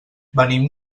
venim